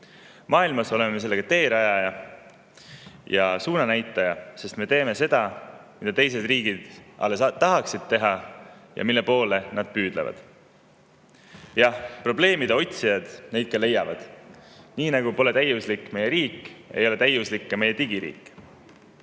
Maailmas oleme sellega teerajaja ja suunanäitaja, sest me teeme seda, mida teised riigid alles tahaksid teha ja mille poole nad püüdlevad. Jah, probleemide otsijad neid ka leiavad. Nii nagu pole täiuslik meie riik, ei ole täiuslik ka meie digiriik.